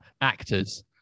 actors